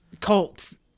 Colts